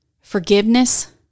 Forgiveness